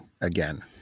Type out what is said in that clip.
again